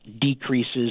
decreases